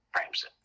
frames